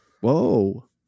Whoa